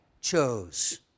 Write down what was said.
chose